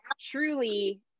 truly